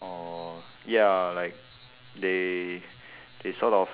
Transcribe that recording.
or ya like they they sort of